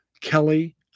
Kelly